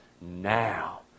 Now